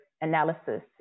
analysis